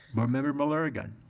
board member muller-aragon.